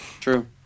True